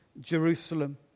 Jerusalem